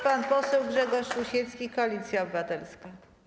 Pan poseł Grzegorz Rusiecki, Koalicja Obywatelska.